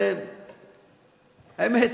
האמת,